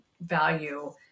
value